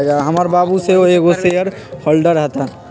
हमर बाबू सेहो एगो शेयर होल्डर हतन